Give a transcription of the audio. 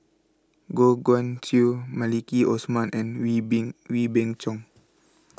Goh Guan Siew Maliki Osman and Wee Beng Wee Beng Chong